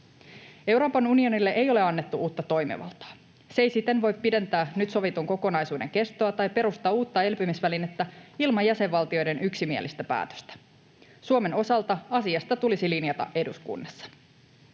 Euroopan unionille ei ole annettu uutta toimivaltaa. Se ei siten voi pidentää nyt sovitun kokonaisuuden kestoa tai perustaa uutta elpymisvälinettä ilman jäsenvaltioiden yksimielistä päätöstä. Suomen osalta asiasta tulisi linjata eduskunnassa.